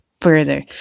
further